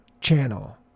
channel